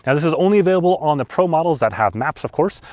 and this is only available on the promodels that have maps of course,